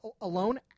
alone